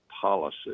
policy